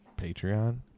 Patreon